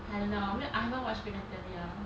I don't know 没有 I haven't watched big bang theory ah